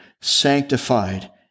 sanctified